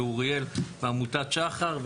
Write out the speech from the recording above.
ואוריאל בעמותת שחר,